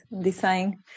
design